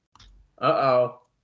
Uh-oh